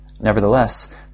Nevertheless